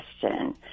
question